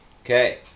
Okay